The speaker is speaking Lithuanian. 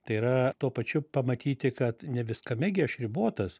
tai yra tuo pačiu pamatyti kad ne viskame gi aš ribotas